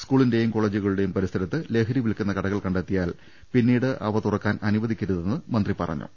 സ്കൂളി ന്റെയും കോളേജുകളുടെയും പരിസരത്ത് ലഹരി വിൽക്കുന്ന കടകൾ കണ്ടെത്തിയാൽ പിന്നീട് അവ തുറ ക്കാൻ അനുവദിക്കരുതെന്ന് മന്ത്രി പറഞ്ഞു